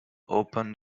opened